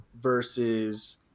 versus –